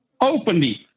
openly